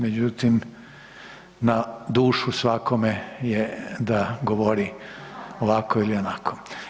Međutim, na dušu svakome je da govori ovako ili onako.